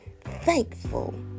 thankful